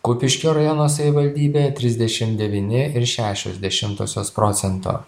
kupiškio rajono savivaldybė trisdešim devyni ir šešios dešimtosios procento